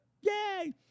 Yay